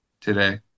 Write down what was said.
today